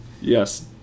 Yes